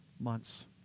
months